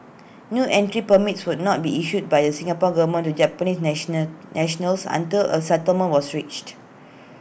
new entry permits would not be issued by the Singapore Government to Japanese nationals nationals until A settlement was reached